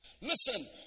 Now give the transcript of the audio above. Listen